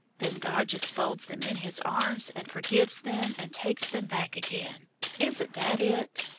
then god just folds them in his arms and forgives them and takes them back again isn't that it?